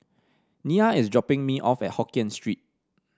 Nia is dropping me off at Hokkien Street